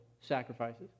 sacrifices